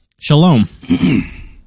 Shalom